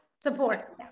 support